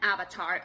avatar